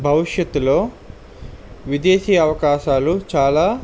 భవిష్యత్తులో విదేశీ అవకాశాలు చాలా